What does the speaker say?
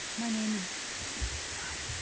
my name is excuse me. sorry.